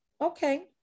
Okay